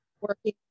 working